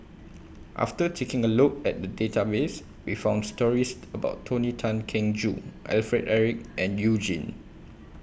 after taking A Look At The Database We found stories about Tony Tan Keng Joo Alfred Eric and YOU Jin